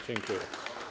Dziękuję.